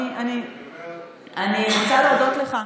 אני רוצה להודות לך.